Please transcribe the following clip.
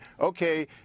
okay